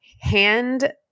hand